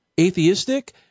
atheistic